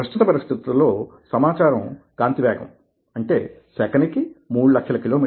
ప్రస్తుత పరిస్థితులలో సమాచారం కాంతివేగంతోసెకను కి మూడు లక్షల కి